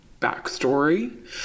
backstory